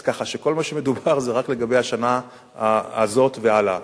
אז ככה שכל מה שמדובר זה רק לגבי השנה הזאת והלאה.